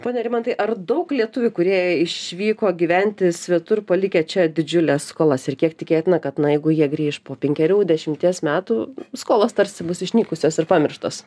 pone rimantai ar daug lietuvių kurie išvyko gyventi svetur palikę čia didžiules skolas ir kiek tikėtina kad na jeigu jie grįš po penkerių dešimties metų skolos tarsi bus išnykusios ir pamirštos